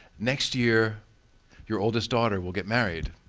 next year your oldest daughter will get married.